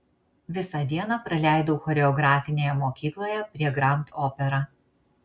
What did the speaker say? visą dieną praleidau choreografinėje mokykloje prie grand opera